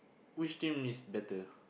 which team is better